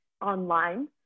online